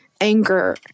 anger